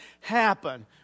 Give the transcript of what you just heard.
happen